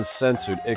uncensored